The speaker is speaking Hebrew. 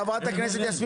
חברת הכנסת יסמין